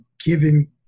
giving